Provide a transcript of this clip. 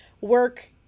Work